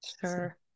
sure